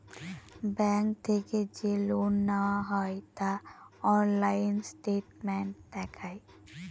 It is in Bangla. ব্যাঙ্ক থেকে যে লোন নেওয়া হয় তা অনলাইন স্টেটমেন্ট দেখায়